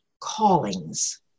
callings